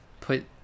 put